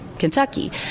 kentucky